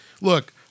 look